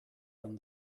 from